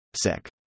Sec